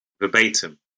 verbatim